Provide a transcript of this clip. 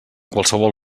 qualsevol